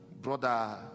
brother